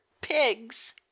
pigs